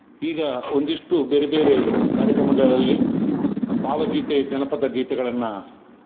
ಈಗ ಒಂದಿಷ್ಟು ಬೇರೆ ಬೇರೆ ಕಾರ್ಯಕ್ರಮಗಳಲ್ಲಿ ಭಾವಗೀತೆ ಜನಪದ ಗೀತೆಗಳನ್ನು